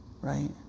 Right